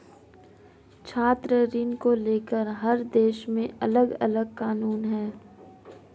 छात्र ऋण को लेकर हर देश में अलगअलग कानून है